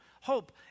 Hope